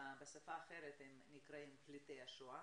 בשפה אחרת הם נקראים פליטי השואה.